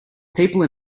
people